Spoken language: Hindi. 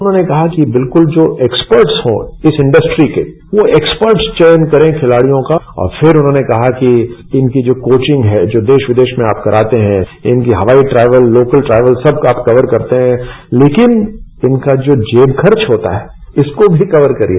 उन्होंने कहा कि बिल्कुल जो एक्सपर्टस हो इस इंड़स्ट्री के वो एक्सपर्टस चयन करें खिलाड़ियों का और फिर उन्होंने कहा कि इनकी जो कोचिंग है जो देश विदेश में आप कराते हैं इनके हवाई ट्रेवल लोकल ट्रेवल सब आप कवर करते हैं लेकिन इनका जो जेब खर्च होता है इसको भी कवर करिए